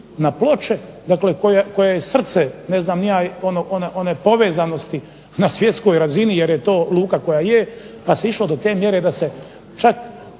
na Ploče, dakle koja je srce ne znam ni ja one povezanosti na svjetskoj razini, jer je to luka koja je, pa se išlo do te mjere da se čak